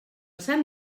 sant